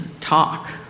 talk